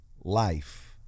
life